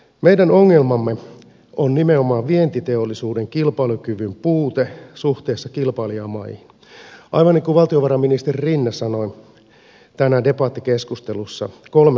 meidän ongelmamme on nimenomaan vientiteollisuuden kilpailukyvyn puute suhteessa kilpailijamaihin aivan niin kuin valtiovarainministeri rinne sanoi tänään debattikeskustelussa kolme asiaa